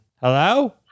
Hello